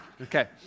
Okay